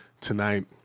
tonight